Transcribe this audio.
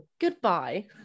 Goodbye